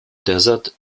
desert